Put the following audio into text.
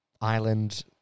island